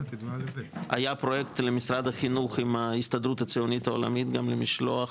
היה פרויקט למשרד החינוך עם ההסתדרות הציונית העולמית גם במשלוח